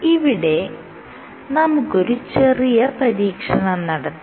ഇവിടെ നമുക്കൊരു ചെറിയ പരീക്ഷണം നടത്താം